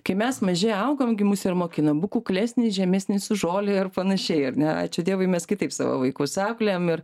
kai mes maži augom gi mus ir mokino būk kuklesnis žemesnis už žolę ir panašiai ar ne ačiū dievui mes kitaip savo vaikus auklėjam ir